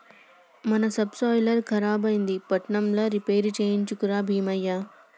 మన సబ్సోయిలర్ ఖరాబైంది పట్నంల రిపేర్ చేయించుక రా బీమయ్య